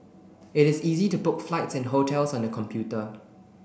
it is easy to book flights and hotels on the computer